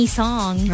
song